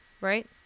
Right